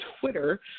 Twitter